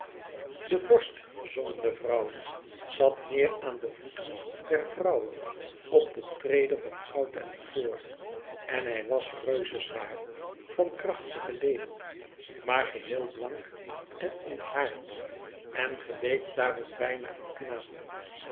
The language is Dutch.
de vorst zongen de vrouwen zat neêr aan de voeten der vrouwe op de trede van goud en ivoor en hij was reuzezwaar van krachtige leden maar geheel blank en onthaard en geleek daarom bijna een knaap